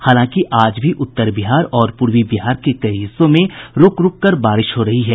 हालांकि आज भी उत्तर बिहार और पूर्वी बिहार के कई हिस्सो में रूक रूककर बारिश हो रही है